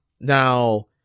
Now